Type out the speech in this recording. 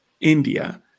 India